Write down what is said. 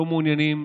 לא מעוניינים,